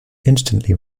instantly